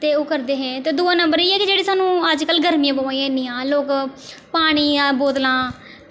ते ओह् करदे हे ते दूए नंबर इ'यै कि जेह्ड़े सानूं अज्जकल गर्मियां पवा दियां इन्नियां लोक पानी दियां बोतलां